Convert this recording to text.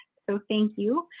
so thank you.